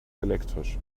elektrisch